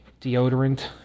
Deodorant